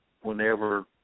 whenever